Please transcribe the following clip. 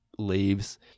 leaves